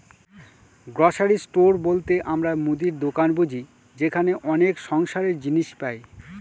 grocery store বলতে আমরা মুদির দোকান বুঝি যেখানে অনেক সংসারের জিনিস পাই